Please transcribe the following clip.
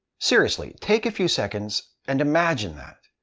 seriously, take a few seconds and imagine that.